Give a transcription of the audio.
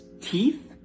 teeth